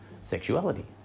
sexuality